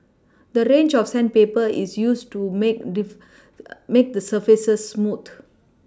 a range of sandpaper is used to make make the surface smooth